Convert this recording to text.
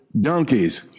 donkeys